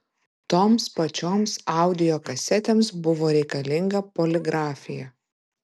toms pačioms audio kasetėms buvo reikalinga poligrafija